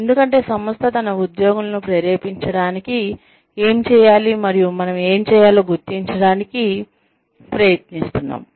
ఎందుకంటే సంస్థ తన ఉద్యోగులను ప్రేరేపించడానికి ఏం చేయాలి మరియు మనం ఏమి చేయాలో గుర్తించడానికి ప్రయత్నిస్తున్నాము